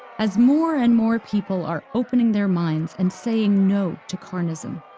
as more and more people are opening their minds and saying no to carnism.